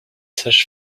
sages